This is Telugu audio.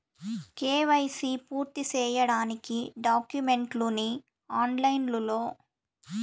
కే.వై.సి పూర్తి సేయడానికి డాక్యుమెంట్లు ని ఆన్ లైను లో అప్లోడ్ సేయడం మంచిదేనా?